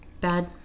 bad